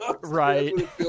right